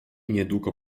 niedługo